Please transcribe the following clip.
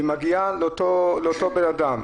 והיא מגיעה לאותו בן אדם.